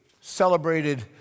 celebrated